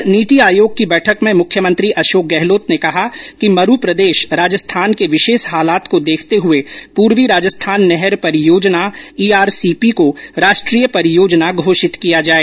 उधर नीति आयोग की बैठक में मुख्यमंत्री अशोक गहलोत ने कहा कि मरू प्रदेश राजस्थान के विशेष हालात को देखते हुये पूर्वी राजस्थान नहर परियोजना ईआरसीपी को राष्ट्रीय परियोजना घोषित किया जाए